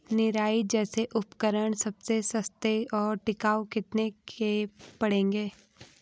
निराई जैसे उपकरण सबसे सस्ते और टिकाऊ कितने के पड़ेंगे?